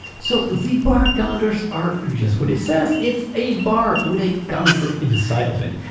so the bar counters are just what it says it's a bar, with a counter inside of it.